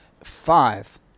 Five